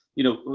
you know,